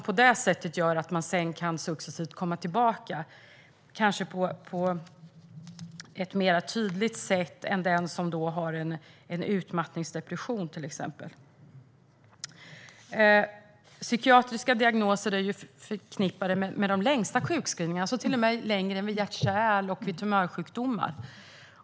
Då kan man sedan successivt komma tillbaka på ett mer tydligt sätt än om en person exempelvis har en utmattningsdepression. Psykiatriska diagnoser är förknippade med de längsta sjukskrivningarna. De är till och med längre än vid hjärt-kärl och tumörsjukdomar.